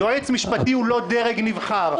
יועץ משפטי הוא לא דרג נבחר,